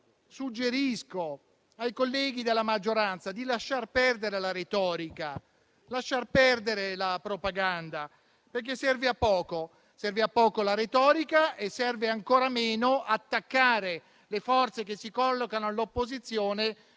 Suggerisco ai colleghi della maggioranza di lasciar perdere la retorica e la propaganda perché servono a poco. Serve a poco la retorica e serve ancora meno attaccare le forze che si collocano all'opposizione,